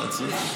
לא רוצה.